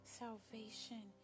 salvation